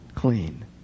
clean